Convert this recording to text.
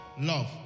Love